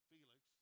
Felix